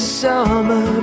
summer